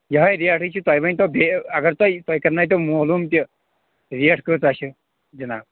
یِہٕے ریٹٕے چھِ تۄہہِ ؤنۍتو بیٚیہِ اَگر تۄہہِ تۄہہِ کرنٲیتو مولوٗم تہِ ریٹ کۭژاہ چھِ حِناب